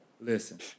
Listen